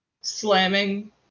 slamming